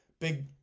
big